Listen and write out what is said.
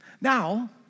Now